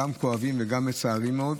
גם כואבים וגם מצערים מאוד.